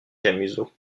camusot